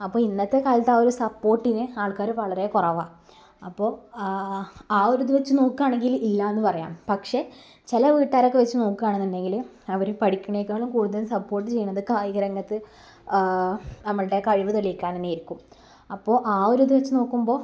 അപ്പം ഇന്നത്തെ കാലത്ത് ആ ഒരു സപ്പോർട്ടിന് ആൾക്കാർ വളരെ കുറവാണ് അപ്പോൾ ഇല്ലയെന്നു പറയാം പക്ഷെ ചില വീട്ടാരൊക്കെ വെച്ചു നോക്കുകയാണെന്നുണ്ടെങ്കിൽ അവർ പഠിപ്പിനേക്കാളും കൂടുതൽ സപ്പോർട്ട് ചെയ്യണത് കായിക രംഗത്ത് നമ്മളുടെ കഴിവു തെളിയിക്കാനെന്നായിരിക്കും അപ്പോൾ ആ ഒരിത് വെച്ചു നോക്കുമ്പോൾ